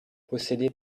possédée